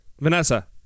Vanessa